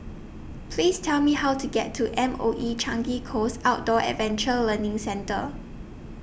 Please Tell Me How to get to M O E Changi Coast Outdoor Adventure Learning Centre